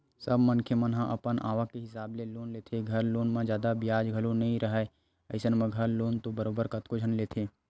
सब मनखे मन ह अपन आवक के हिसाब ले लोन लेथे, घर लोन म जादा बियाज घलो नइ राहय अइसन म घर लोन तो बरोबर कतको झन लेथे